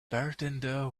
bartender